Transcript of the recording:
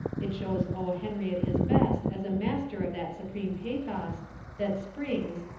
it shows o. henry at his best as a master of that supreme pathos that springs,